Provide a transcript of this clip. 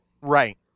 Right